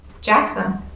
Jackson